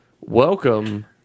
Welcome